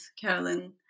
Carolyn